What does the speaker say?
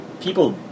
people